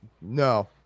No